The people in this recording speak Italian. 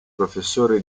professore